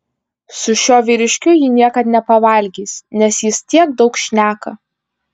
su šiuo vyriškiu ji niekad nepavalgys nes jis tiek daug šneka